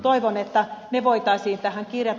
toivon että ne voitaisiin tähän kirjata